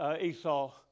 Esau